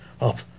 up